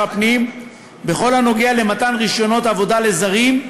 הפנים בכל הנוגע למתן רישיונות עבודה לזרים,